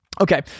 Okay